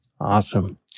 Awesome